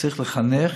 צריך לחנך,